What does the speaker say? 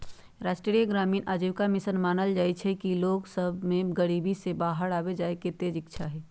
राष्ट्रीय ग्रामीण आजीविका मिशन मानइ छइ कि लोग सभ में गरीबी से बाहर आबेके तेज इच्छा हइ